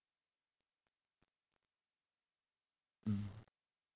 mm